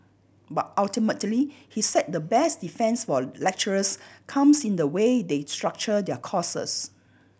but ultimately he said the best defence for lecturers comes in the way they structure their courses